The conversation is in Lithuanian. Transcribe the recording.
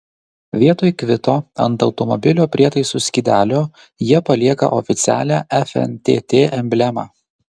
vietoj kvito ant automobilio prietaisų skydelio jie palieka oficialią fntt emblemą